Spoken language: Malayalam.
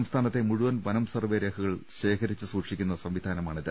സംസ്ഥാനത്തെ മുഴുവൻ വനം സർവ്വേ രേഖകൾ ശേഖരിച്ച് സൂക്ഷിക്കുന്ന സംവിധാനമാണിത്